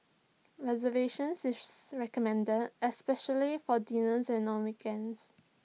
reservations is recommended especially for dinners and on weekends